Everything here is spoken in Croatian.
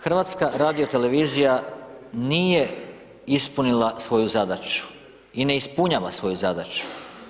HRT nije ispunila svoju zadaću i ne ispunjava svoju zadaću.